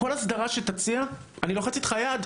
על כל הסדרה שתציע אני לוחץ איתך יד,